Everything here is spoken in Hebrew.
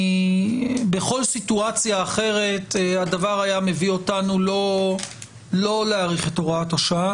בכל סיטואציה אחרת הדבר היה מביא אותנו לא להאריך את הוראת השעה.